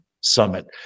Summit